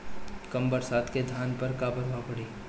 कम बरसात के धान पर का प्रभाव पड़ी?